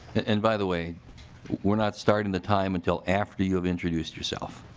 and by the way we are not starting the time until after you've introduced yourself.